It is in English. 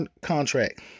contract